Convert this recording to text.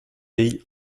pays